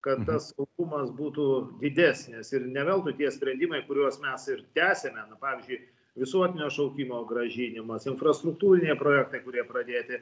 kad tas saugumas būtų didesnis ir ne veltui tie sprendimai kuriuos mes ir tęsiame na pavyzdžiui visuotinio šaukimo grąžinimas infrastruktūriniai projektai kurie pradėti